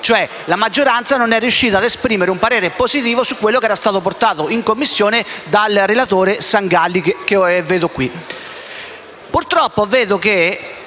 la maggioranza non è riuscita ad esprimere un parere positivo su quanto era stato portato in Commissione dal relatore Sangalli.